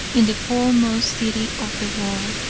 in the foremost city of the world.